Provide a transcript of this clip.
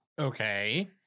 Okay